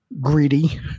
greedy